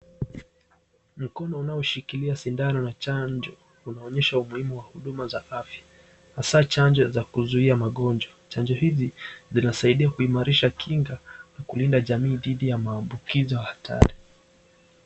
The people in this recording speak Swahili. Mkono unaoshikilia sindano na chanjo, unaaonyesha umuhimu wa hudumu za afya. Hasa chanjo za kuzuia magonjwa, chanjo hizi zinasaidai kuimarisha kinga na kulinda jamii dhidi ya maambukizi hatari.